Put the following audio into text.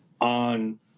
on